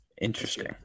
Interesting